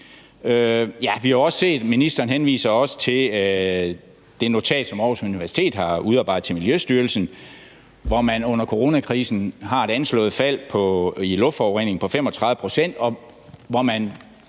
Ministeren henviser også til det notat, som Aarhus Universitet har udarbejdet til Miljøstyrelsen, hvor man under coronakrisen har et anslået fald i luftforureningen på 35 pct. Det anslår man